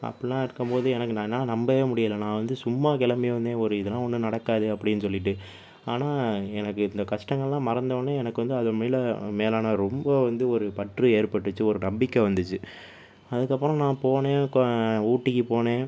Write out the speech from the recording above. அப்பிடில்லாம் இருக்கும்போது எனக்கு நான் என்னால் நம்மவே முடியலை நான் வந்து சும்மா கிளம்பி வந்தேன் ஒரு இதெலாம் ஒன்று நடக்காது அப்படின்னு சொல்லிட்டு ஆனால் எனக்கு இந்த கஷ்டங்களெலாம் மறந்தவொன்னே எனக்கு வந்து அது மேலே மேலான ரொம்ப வந்து ஒரு பற்று ஏற்பட்டுச்சு ஒரு நம்பிக்கை வந்துச்சு அதுக்கப்புறம் நான் போனேன் கோ ஊட்டிக்கு போனேன்